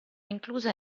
incluse